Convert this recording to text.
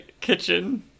kitchen